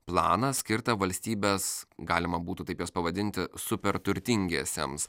planą skirtą valstybės galima būtų taip juos pavadinti super turtingiesiems